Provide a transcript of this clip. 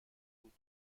بود